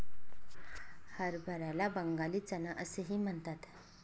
हरभऱ्याला बंगाली चना असेही म्हणतात